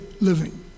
living